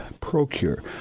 Procure